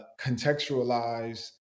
contextualize